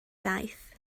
daeth